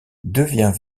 devient